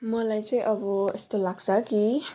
मलाई चाहिँ अब यस्तो लाग्छ कि